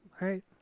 right